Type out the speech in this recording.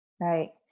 Right